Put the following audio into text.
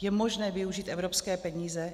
Je možné využít evropské peníze?